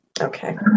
Okay